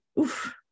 oof